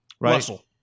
Russell